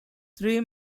three